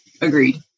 Agreed